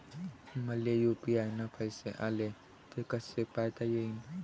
मले यू.पी.आय न पैसे आले, ते कसे पायता येईन?